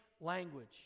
language